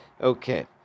Okay